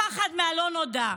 פחד מהלא-נודע,